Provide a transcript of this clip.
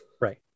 right